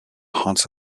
haunts